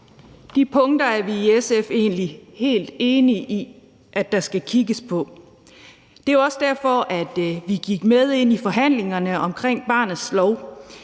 De punkter er vi i SF egentlig helt enige i at der skal kigges på. Det er jo også derfor, at vi gik med ind i forhandlingerne omkring barnets lov.